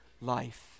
life